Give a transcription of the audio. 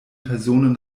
personen